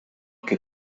que